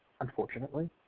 Unfortunately